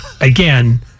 again